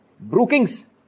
Brookings